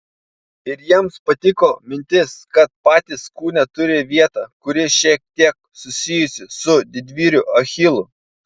ir jiems patiko mintis kad patys kūne turi vietą kuri šiek tiek susijusi su didvyriu achilu